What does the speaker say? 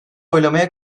oylamaya